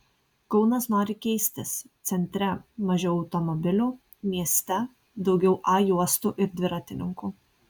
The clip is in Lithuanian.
kaunas nori keistis centre mažiau automobilių mieste daugiau a juostų ir dviratininkų